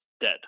dead